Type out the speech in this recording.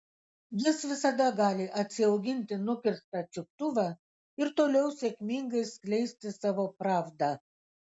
jis visada gali atsiauginti nukirstą čiuptuvą ir toliau sėkmingai skleisti savo pravdą